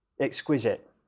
exquisite